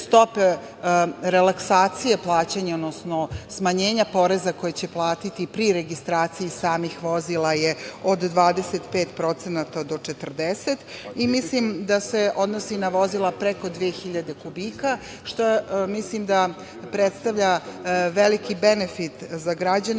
Stope relaksakcije plaćanja, odnosno smanjenja poreza koji će platiti pri registraciji samih vozila je od 25% do 40%. Mislim da se odnosi i na vozila preko 2.000 kubika, što mislim da predstavlja veliki benefit za građane